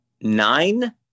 Nine